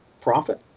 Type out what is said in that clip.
profit